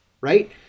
right